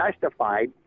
testified